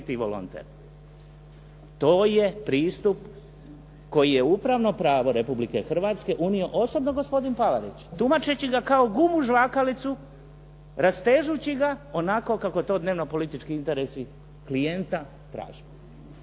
i volonter. To je pristup koji je u upravno pravo Republike Hrvatske unio osobno gospodin Palarić tumačeći ga kao gumu žvakalicu, rastežući ga onako kako to dnevno-politički intresi klijenta traže.